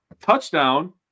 touchdown